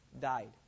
died